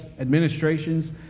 administrations